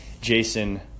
Jason